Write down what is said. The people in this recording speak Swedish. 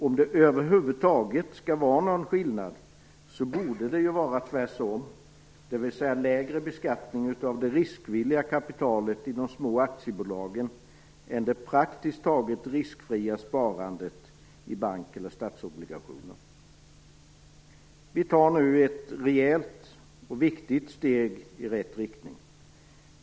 Om det över huvud taget skall vara någon skillnad borde det vara tvärtom, dvs. lägre beskattning av det riskvilliga kapitalet i de små aktiebolagen än det praktiskt taget riskfria sparandet i bank eller statsobligationer. Vi tar nu ett rejält och viktigt steg i rätt riktning.